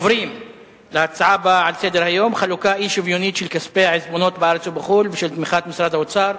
הנושא הבא: חלוקה אי-שוויונית של כספי העיזבונות ושל תמיכות משרד האוצר,